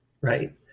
right